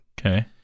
Okay